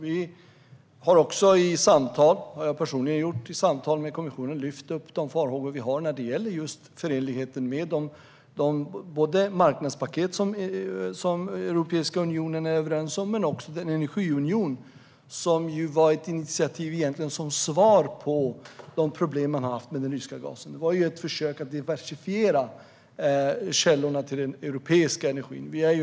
Vi har också i samtal med kommissionen, bland annat jag personligen, lyft upp våra farhågor när det gäller just förenligheten med de båda marknadspaket som Europeiska unionen är överens om men också med den energiunion som egentligen var ett initiativ som svar på de problem man har haft med den ryska gasen. Detta var ju ett försök att diversifiera källorna till den europeiska energin.